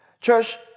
Church